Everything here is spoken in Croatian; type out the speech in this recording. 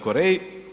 Koreji“